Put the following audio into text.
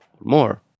more